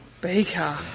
Baker